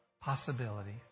possibilities